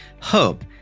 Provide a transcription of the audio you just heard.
hope